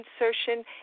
insertion